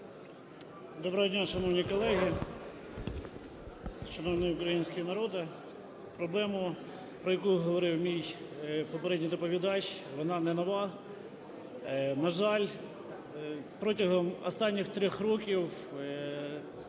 Доброго дня, шановні колеги, шановний український народе! Проблему, про яку говорив попередній доповідач, вона не нова. На жаль, протягом останніх трьох років